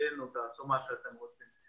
ומבחינתנו תעשו מה שאתם רוצים.